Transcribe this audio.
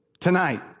tonight